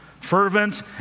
fervent